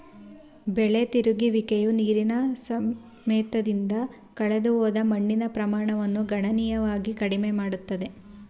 ಬೆಳೆ ತಿರುಗುವಿಕೆಯು ನೀರಿನ ಸವೆತದಿಂದ ಕಳೆದುಹೋದ ಮಣ್ಣಿನ ಪ್ರಮಾಣವನ್ನು ಗಣನೀಯವಾಗಿ ಕಡಿಮೆ ಮಾಡುತ್ತದೆ